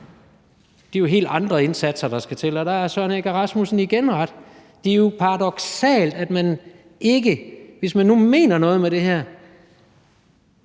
Det er jo helt andre indsatser, der skal til, og der har hr. Søren Egge Rasmussen igen ret. Det er jo paradoksalt, at man, hvis man nu mener noget med det her,